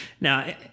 now